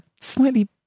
slightly